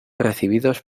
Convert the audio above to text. recibidos